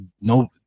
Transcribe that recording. no